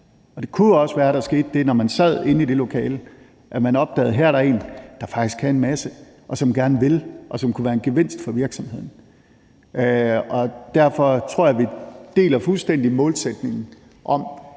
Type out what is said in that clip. Det kunne jo også være, at der skete det, når de sad inde i det lokale, at man opdagede, at her er der en, der faktisk kan en masse, og som gerne vil, og som kunne være en gevinst for virksomheden. Derfor tror jeg, at vi fuldstændig deler målsætningen om,